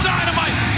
Dynamite